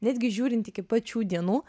netgi žiūrint iki pat šių dienų